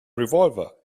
revolver